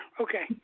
Okay